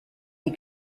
les